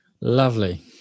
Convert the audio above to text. lovely